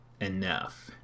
enough